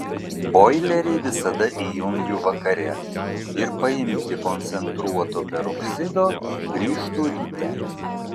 boilerį visada įjungiu vakare ir paimti koncentruoto peroksido grįžtu ryte